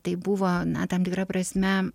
tai buvo na tam tikra prasme